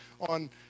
on